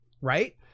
Right